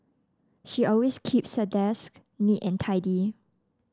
she always keeps her desk neat and tidy